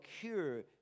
cure